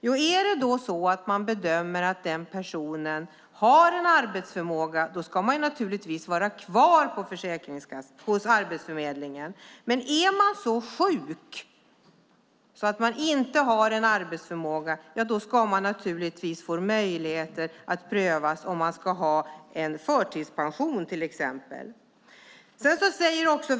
Ja, om det bedöms att personen har arbetsförmåga ska vederbörande naturligtvis vara kvar hos Arbetsförmedlingen. Men är man så sjuk att man inte har någon arbetsförmåga ska givetvis möjligheten till prövning finnas, till exempel för förtidspension.